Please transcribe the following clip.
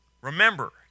Remember